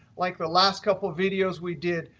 like the last couple of videos we did,